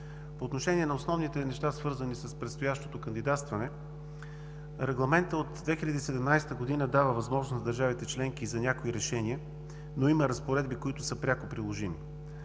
По отношение на основните неща, свързани с предстоящото кандидатстване, Регламентът от 2017 г. дава възможност на държавите членки за някои решения, но има разпоредби, които са пряко приложими.